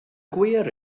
gwir